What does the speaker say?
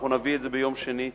אנחנו נביא את זה ביום שני לכנסת,